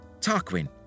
Tarquin